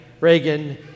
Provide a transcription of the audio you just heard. Reagan